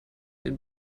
den